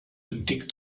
antic